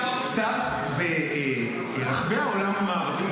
ברחבי העולם המערבי,